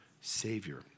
Savior